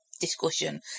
discussion